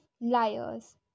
Liars